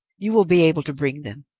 you will be able to bring them.